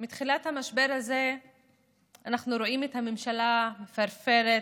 מתחילת המשבר הזה אנחנו רואים את הממשלה מפרפרת,